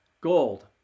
gold